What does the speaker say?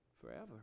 forever